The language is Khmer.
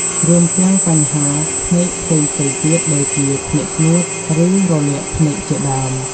រួមទាំង បញ្ហាភ្នែកផ្សេងៗទៀត ដូចជាភ្នែកស្ងួត ឬរលាកភ្នែកជាដើម។